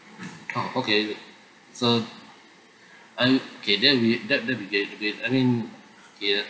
oh okay so I'm okay then we that that'll be that that I mean ya